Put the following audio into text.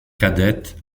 cadette